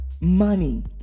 money